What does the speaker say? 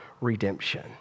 redemption